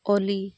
ᱳᱞᱤ